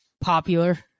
popular